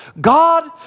God